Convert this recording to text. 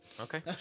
Okay